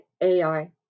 ai